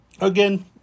Again